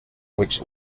which